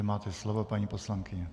Máte slovo, paní poslankyně.